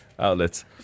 outlets